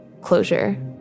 closure